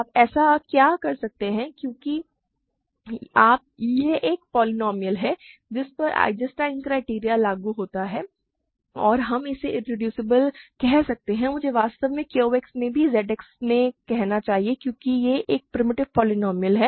आप ऐसा क्या कर सकते हैं क्योंकि यह एक पोलीनोमिअल है जिस पर आइजेंस्टाइन क्राइटेरियन लागू होता है और हम इसे इरेड्यूसबल कह सकते हैं और मुझे वास्तव में QX में भी ZX में कहना चाहिए क्योंकि यह एक प्रिमिटिव पोलीनोमिअल है